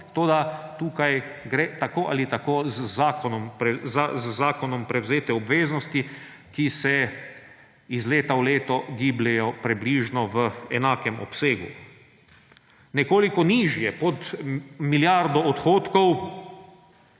tukaj gre tako ali tako za z zakonom prevzete obveznosti, ki se iz leta v leto gibljejo približno v enakem obsegu. Nekoliko nižje, pod milijardo odhodkov,